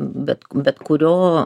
bet bet kurio